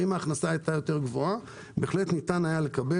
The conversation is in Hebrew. אם ההכנסה הייתה גבוהה יותר בהחלט ניתן היה לקבל